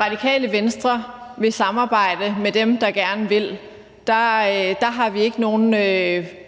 Radikale Venstre vil samarbejde med dem, der gerne vil. Der har vi ikke nogen